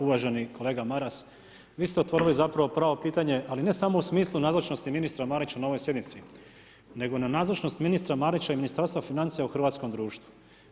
Uvaženi kolega Maras vi ste otvorili zapravo pravo pitanje, ali ne samo u smislu nazočnosti ministra Marića na ovoj sjednici, nego na nazočnost ministra Marića i Ministarstva financija u hrvatskom društvu.